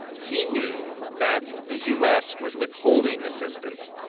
he knew that the u s. was withholding assistance.